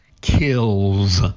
kills